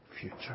future